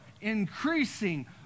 increasing